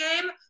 game